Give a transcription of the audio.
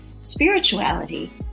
spirituality